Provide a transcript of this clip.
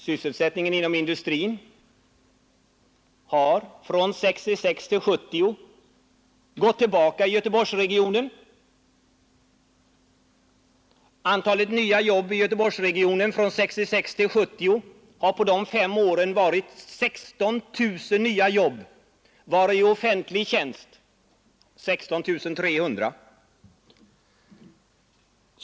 Sysselsättningen inom industrin har i Göteborgsregionen gått tillbaka mellan 1966 och 1970. På dessa fem år har det i Göteborgsregionen tillkommit 16 000 nya jobb, varav i offentlig tjänst 16 300.